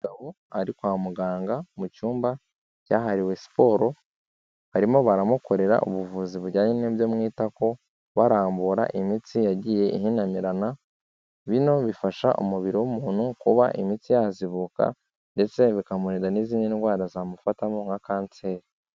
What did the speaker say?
Ari kwa muganga mu cyumba cyahariwe siporo, barimo baramukorera ubuvuzi bujyanye n'ibyo mwita ko warambura imitsi yagiye ihinamirana, bino bifasha umubiri w'umuntu kuba imitsi yazibuka ndetse bikamurinda n'izindi ndwara zamufatamo nka kanseri.